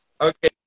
okay